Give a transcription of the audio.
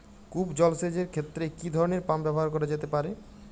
কূপ জলসেচ এর ক্ষেত্রে কি ধরনের পাম্প ব্যবহার করা যেতে পারে?